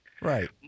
Right